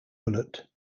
bullet